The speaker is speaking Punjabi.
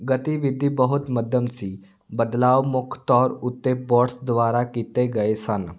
ਗਤੀਵਿਧੀ ਬਹੁਤ ਮੱਧਮ ਸੀ ਬਦਲਾਅ ਮੁੱਖ ਤੌਰ ਉੱਤੇ ਬੋਟਸ ਦੁਆਰਾ ਕੀਤੇ ਗਏ ਸਨ